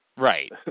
Right